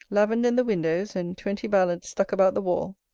lavender in the windows, and twenty ballads stuck about the wall.